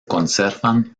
conservan